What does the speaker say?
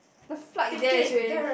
the flight there is ready